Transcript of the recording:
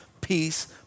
peace